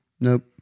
nope